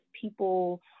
people